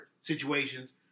situations